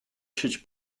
sieć